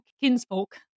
kinsfolk